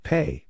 Pay